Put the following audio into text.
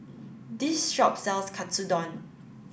this shop sells Katsudon